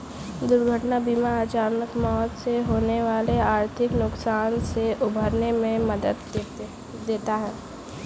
दुर्घटना बीमा अचानक मौत से होने वाले आर्थिक नुकसान से उबरने में मदद देता है